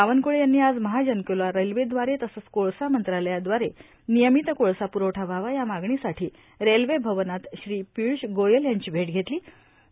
बावनक्ळे यांनी आज महाजनकोला रेल्वेदवारे तसच कोळसा मंत्रालयादवारे र्मार्यामत कोळसा प्रवठा व्हावा या मागणीसाठो रेल्वे भवनात श्री र्पपय्ष गोयल यांची भेट घेतलों